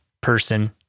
person